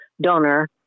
donor